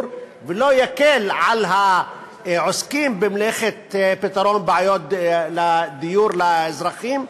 ולא יקל על העוסקים במלאכת פתרון בעיות דיור לאזרחים.